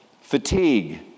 fatigue